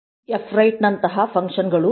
fwrite ನಂತಹ function ಗಳು ಇವೆ